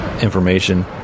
information